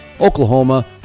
Oklahoma